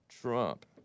Trump